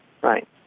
Right